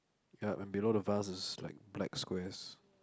yup and below the vase is like black squares